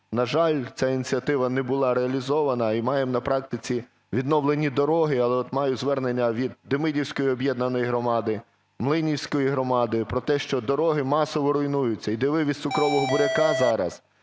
На жаль, ця ініціатива не була реалізована. І маємо на практиці відновлені дороги, але от маю звернення від Демидівської об'єднаної громади, Млинівської громади, про те, що дороги масово руйнуються, іде вивіз цукрового буряка зараз